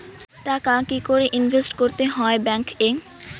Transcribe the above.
টাকা কি করে ইনভেস্ট করতে হয় ব্যাংক এ?